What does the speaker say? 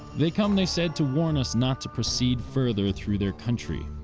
they come, they said, to warn us not to proceed further through their country,